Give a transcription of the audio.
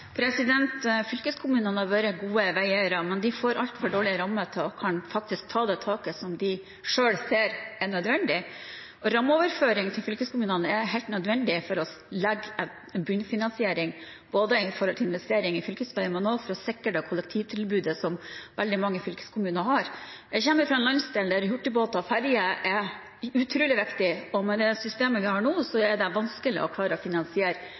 Fylkeskommunene har vært gode veieiere, men de får altfor dårlige rammer til faktisk å kunne ta det taket som de selv ser er nødvendig. Rammeoverføring til fylkeskommunene er helt nødvendig for å legge en bunnfinansiering når det gjelder investering i fylkesvei, men også for å sikre det kollektivtilbudet som veldig mange fylkeskommuner har. Jeg kommer fra en landsdel der hurtigbåter og ferjer er utrolig viktig, og med det systemet vi har nå, er det vanskelig å klare å finansiere